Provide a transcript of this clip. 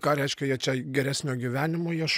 ką reiškia jie čia geresnio gyvenimo ieš